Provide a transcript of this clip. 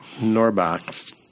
Norbach